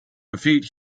defeat